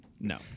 no